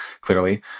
clearly